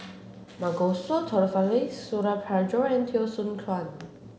Masagos Zulkifli Suradi Parjo and Teo Soon Chuan